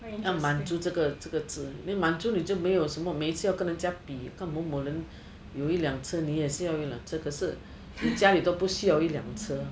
要满足这个这个字你满足你就没有什么每次跟人家比看某某人有一辆车你也要一辆车可是你家里都不需要一辆车